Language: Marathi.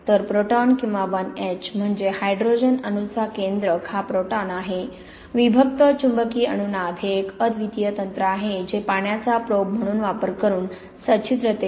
तर प्रोटॉन किंवा 1 H म्हणजे हायड्रोजन अणूचा केंद्रक हा प्रोटॉन आहे विभक्त चुंबकीय अनुनाद हे एक अद्वितीय तंत्र आहे जे पाण्याचा प्रोब म्हणून वापर करून सच्छिद्रतेचे विश्लेषण करू शकते